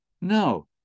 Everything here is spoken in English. no